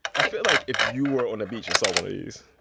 i feel like if you were on a beach and saw one of these,